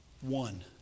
One